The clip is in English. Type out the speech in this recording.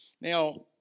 Now